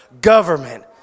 government